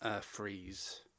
freeze